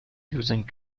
losing